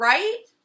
Right